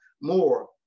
more